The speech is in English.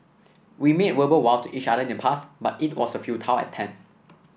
we made verbal vows to each other in the past but it was a futile attempt